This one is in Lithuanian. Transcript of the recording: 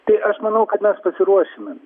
tai aš manau kad mes pasiruošime